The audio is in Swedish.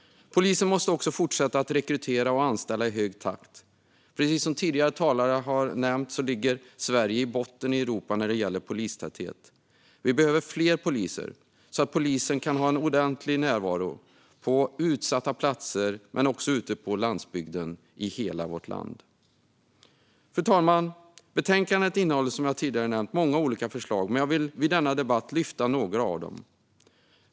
Polisen måste också fortsätta att rekrytera och anställa i hög takt. Precis som tidigare talare har nämnt ligger vi i Sverige i botten i Europa när det gäller polistäthet. Vi behöver fler poliser, så att polisen kan ha en ordentlig närvaro på utsatta platser och ute på landsbygden i hela vårt land. Fru talman! Betänkandet innehåller, som jag tidigare nämnt, många olika förslag. Jag vill i denna debatt lyfta fram några av dem.